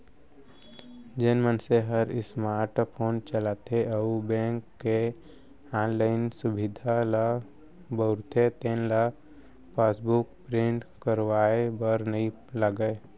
जेन मनसे हर स्मार्ट फोन चलाथे अउ बेंक के ऑनलाइन सुभीता ल बउरथे तेन ल पासबुक प्रिंट करवाए बर नइ लागय